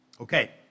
Okay